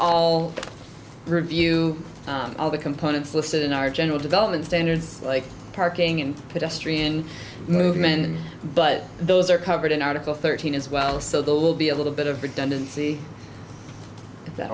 all review all the components listed in our general development standards like parking and pedestrian movement but those are covered in article thirteen as well so there will be a little bit of redundancy that